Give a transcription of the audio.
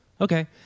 Okay